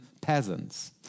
peasants